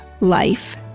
life